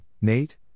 Nate